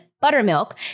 buttermilk